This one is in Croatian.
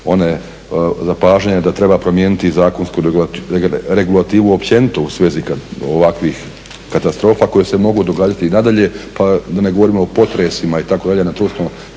ona zapažanja da treba promijeniti i zakonsku regulativu općenito u svezi ovakvih katastrofa koje se mogu događati i nadalje, da ne govorimo o potresima itd. koji mogu